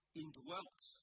indwelt